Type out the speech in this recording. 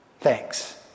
Thanks